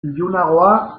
ilunagoa